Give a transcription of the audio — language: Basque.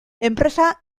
enpresa